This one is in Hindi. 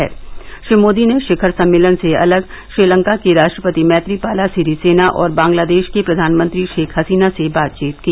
श्री नरेन्द्र मोदी ने शिखर सम्मेलन से अलग श्रीलंका के राष्ट्रपति मैत्रीपाला सिरीसेना और बंगलादेश की प्रधानमंत्री शेख हसीना से बातचीत की